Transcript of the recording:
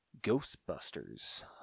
Ghostbusters